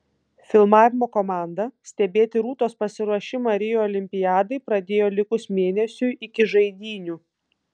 filmavimo komanda stebėti rūtos pasiruošimą rio olimpiadai pradėjo likus mėnesiui iki žaidynių